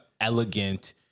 elegant